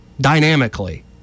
dynamically